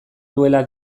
duela